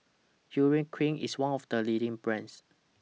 Urea Cream IS one of The leading brands